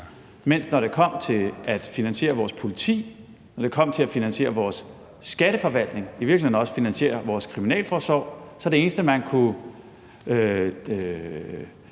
mens at når det kom til at finansiere vores politi og når det kom til at finansiere vores skatteforvaltning, og i virkeligheden også finansiere vores kriminalforsorg, var det eneste, man ville